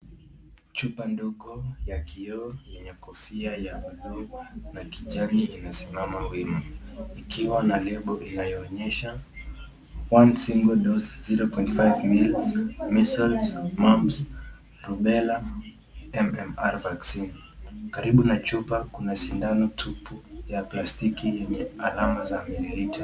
Chupa ndogo ya kioo yenye kofia ya buluu na kijani inasimama wima ikiwa na lebo inayoonyesha cs['one single dose,0.5 mls measles, mumps, rubella ,MMR vaccine']cs. Karibu na chupa kuna sindano tupu ya plastiki yenye alama za mililita.